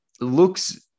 looks